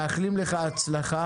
מאחלים לך הצלחה.